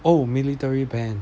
oh military band